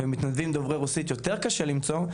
מתנדבים דוברי רוסית יותר קשה למצוא,